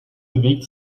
bewegt